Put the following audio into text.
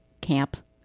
Camp